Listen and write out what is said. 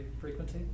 frequency